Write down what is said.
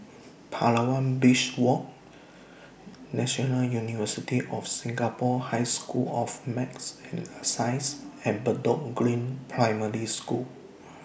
Palawan Beach Walk National University of Singapore High School of Math and Science and Bedok Green Primary School